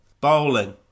bowling